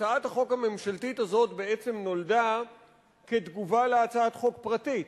הצעת החוק הממשלתית הזאת בעצם נולדה כתגובה על הצעת חוק פרטית,